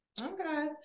okay